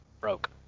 broke